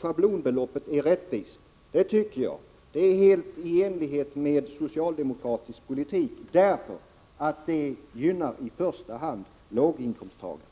schablonavdraget är rättvis. Det tycker jag. Det är helt i enlighet med socialdemokratisk politik därför att det i första hand gynnar låginkomsttagarna.